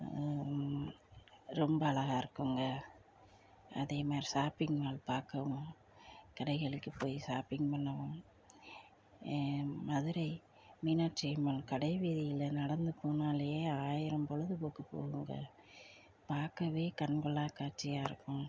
ரொம்ப அழகா இருக்குங்க அதே மாதிரி ஷாப்பிங் மால் பார்க்கவும் கடைகளுக்கு போய் ஷாப்பிங் பண்ணவும் மதுரை மீனாட்சியம்மன் கடை வீதியில் நடந்து போனாலே ஆயிரம் பொழுது போக்கு போகுங்க பார்க்கவே கண்கொள்ளா காட்சியாக இருக்கும்